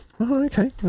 Okay